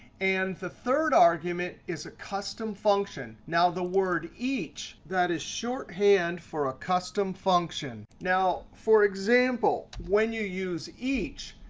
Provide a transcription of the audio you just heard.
and the third argument is a custom function. now, the word each, that is shorthand for a custom function. now, for example, when you use each,